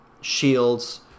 shields